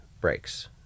breaks